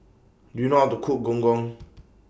Do YOU know How to Cook Gong Gong